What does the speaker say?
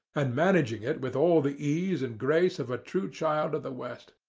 and managing it with all the ease and grace of a true child of the west.